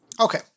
Okay